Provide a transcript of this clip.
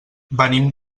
venim